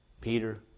Peter